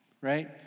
right